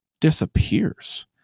disappears